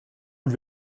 lui